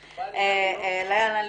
ליאנה,